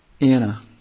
Anna